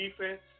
defense